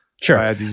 Sure